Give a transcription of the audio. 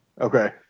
Okay